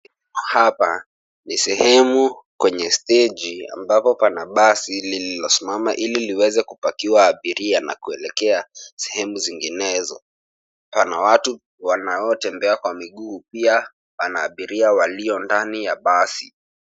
Hapa ni sehemu kwenye steji ambapo pana basi lililosimama ili liweze kupakiwa abiria na kuelekea sehemu zinginezo. Pana watu wanaotembea kwa miguu, pia pana abiria waliondani ya basi.